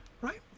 right